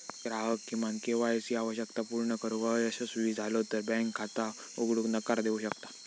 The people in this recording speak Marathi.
ग्राहक किमान के.वाय सी आवश्यकता पूर्ण करुक अयशस्वी झालो तर बँक खाता उघडूक नकार देऊ शकता